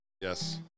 Yes